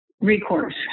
Recourse